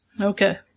Okay